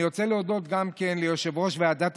אני רוצה להודות גם ליושב-ראש ועדת